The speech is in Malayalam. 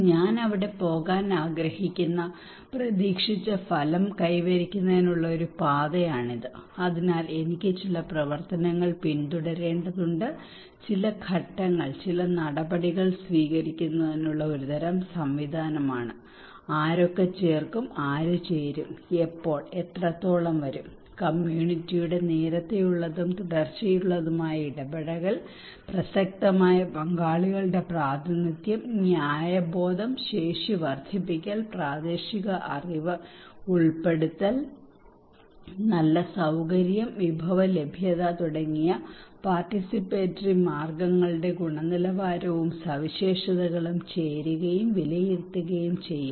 ഞാൻ അവിടെ പോകാൻ ആഗ്രഹിക്കുന്ന പ്രതീക്ഷിച്ച ഫലം കൈവരിക്കുന്നതിനുള്ള ഒരു പാതയാണിത് അതിനാൽ എനിക്ക് ചില പ്രവർത്തനങ്ങൾ പിന്തുടരേണ്ടതുണ്ട് ചില ഘട്ടങ്ങൾ ചില നടപടികൾ സ്വീകരിക്കുന്നതിനുള്ള ഒരു തരം സംവിധാനമാണ് ആരൊക്കെ ചേർക്കും ആര് ചേരും എപ്പോൾ എത്രത്തോളം വരും കമ്മ്യൂണിറ്റിയുടെ നേരത്തെയുള്ളതും തുടർച്ചയുള്ളതുമായ ഇടപഴകൽ പ്രസക്തമായ പങ്കാളികളുടെ പ്രാതിനിധ്യം ന്യായബോധം ശേഷി വർദ്ധിപ്പിക്കൽ പ്രാദേശിക അറിവ് ഉൾപ്പെടുത്തൽ നല്ല സൌകര്യം വിഭവ ലഭ്യത തുടങ്ങിയ പാർട്ടിസിപ്പേറ്ററി മാർഗങ്ങളുടെ ഗുണനിലവാരവും സവിശേഷതകളും ചേരുകയും വിലയിരുത്തുകയും ചെയ്യുക